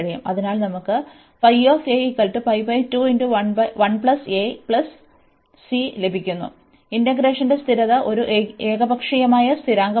അതിനാൽ നമുക്ക് ലഭിക്കും ഇന്റഗ്രേഷന്റെ സ്ഥിരത ഒരു ഏകപക്ഷീയമായ സ്ഥിരാങ്കമാണ്